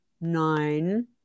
Nine